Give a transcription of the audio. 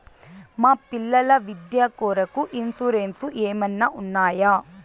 మా పిల్లల విద్య కొరకు ఇన్సూరెన్సు ఏమన్నా ఉన్నాయా?